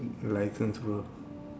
license mah